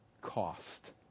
cost